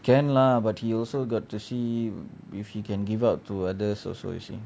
can lah but he also got to see if you can give up to others also you see